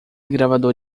gravador